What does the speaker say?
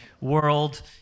world